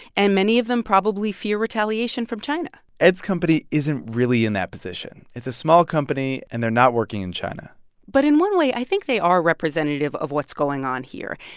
and many of them probably fear retaliation from china ed's company isn't really in that position. it's a small company, and they're not working in china but in one way, i think they are representative of what's going on here.